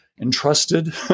entrusted